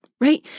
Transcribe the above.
right